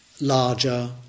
larger